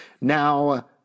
Now